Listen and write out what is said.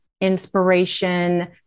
inspiration